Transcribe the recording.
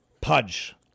pudge